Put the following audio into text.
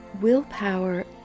willpower